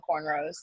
cornrows